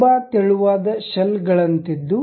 ತುಂಬಾ ತೆಳುವಾದ ಶೆಲ್ ಗಳಂತಿದ್ದು